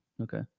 Okay